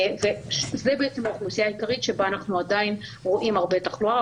זו בעצם האוכלוסייה העיקרית שבה אנחנו עדיין רואים הרבה תחלואה,